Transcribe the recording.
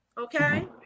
okay